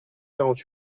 quarante